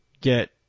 get